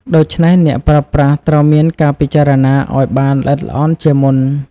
ដូច្នេះអ្នកប្រើប្រាស់ត្រូវមានការពិចារណាឱ្យបានល្អិតល្អន់ជាមុន។